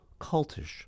cultish